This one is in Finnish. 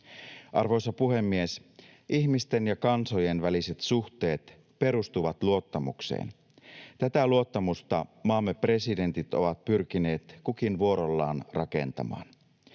Arvoisa puhemies! Ihmisten ja kansojen väliset suhteet perustuvat luottamukseen. Tätä luottamusta maamme presidentit ovat pyrkineet kukin vuorollaan rakentamaan.